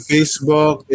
Facebook